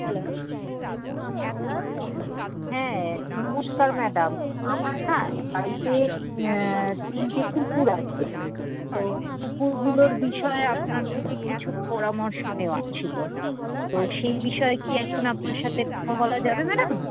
hello হ্যাঁ নমস্কার madam আমার না বাড়িতে তিনটে কুকুর আছে তো কুকুরগুলোর বিষয়ে আপনার থেকে কিছু পরামর্শ নেওয়ার ছিল তো সেই বিষয়ে কি এখন আপনার সাথে কথা বলা যাবে ম্যাডাম